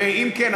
ואם כן,